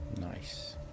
Nice